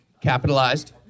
capitalized